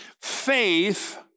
Faith